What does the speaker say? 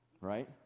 right